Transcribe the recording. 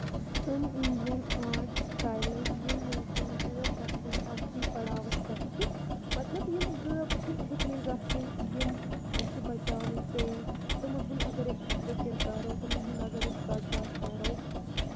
تِم Indian art styles یِم ؤنکیٚن غٲب گژھنٕکۍ آخری پَڑاوَس پٮ۪ٹھ چھِ مطلب یِم غٲب چھِ ہیٚتمٕتۍ گَژھٕنۍ یِم اَسہِ بَچاوٕنۍ پییَن تِمَن ہُند اَگر أسۍ ذِکر کرَو تِمَن ہُند اَگر أسۍ کَتھ باتھ کَرو